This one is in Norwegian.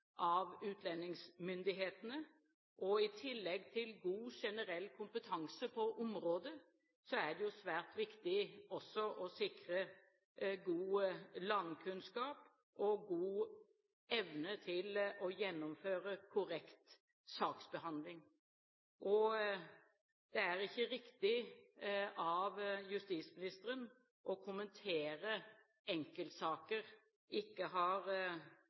av utlendingsmyndighetene. I tillegg til god generell kompetanse på området er det svært viktig også å sikre god landkunnskap og god evne til å gjennomføre korrekt saksbehandling. Det er ikke riktig av justisministeren å kommentere enkeltsaker – ikke har